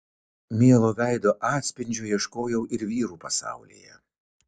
mielo veido atspindžio ieškojau ir vyrų pasaulyje